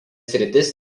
sritis